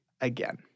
again